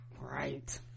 right